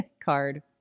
card